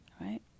Right